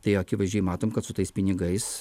tai akivaizdžiai matom kad su tais pinigais